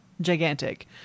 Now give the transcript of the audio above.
gigantic